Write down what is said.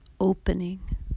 opening